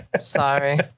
Sorry